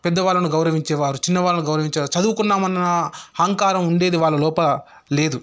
పెద్దవాళ్ళను గౌరవించేవారు చిన్నవాళ్ళను గౌరవించేవారు చదువుకున్నామన్న అహంకారం ఉండేది వాళ్ళ లోపల లేదు